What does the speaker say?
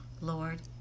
Lord